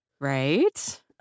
Right